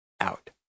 out